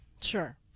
Sure